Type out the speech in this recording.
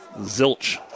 zilch